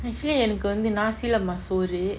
actually எனக்கு வந்து:enaku vanthu nasi lemak சோறு:soru